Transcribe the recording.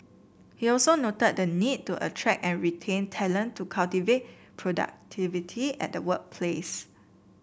he also noted the need to attract and retain talent to cultivate productivity at the workplace